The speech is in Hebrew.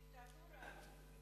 דיקטטורה.